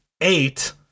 eight